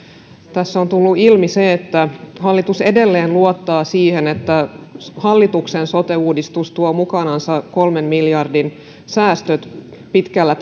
tässä on tullut ilmi se että hallitus edelleen luottaa siihen että hallituksen sote uudistus tuo mukanansa kolmen miljardin säästöt pitkällä